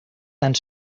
tant